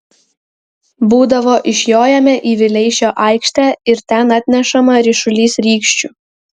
būdavo išjojame į vileišio aikštę ir ten atnešama ryšulys rykščių